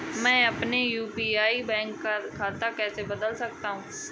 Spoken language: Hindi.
मैं अपने यू.पी.आई का बैंक खाता कैसे बदल सकता हूँ?